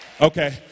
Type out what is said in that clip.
Okay